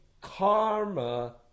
karma